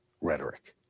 rhetoric